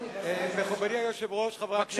מכובדי היושב-ראש, חברי הכנסת,